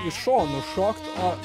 iš šonų šokt o